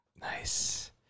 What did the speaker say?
Nice